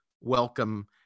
welcome